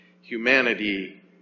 humanity